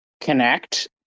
connect